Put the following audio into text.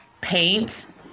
paint